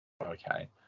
Okay